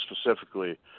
specifically